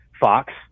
fox